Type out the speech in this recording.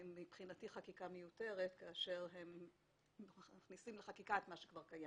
מבחינתי הם חקיקה מיותרת באשר הם מכניסים לחקיקה את מה שכבר קיים.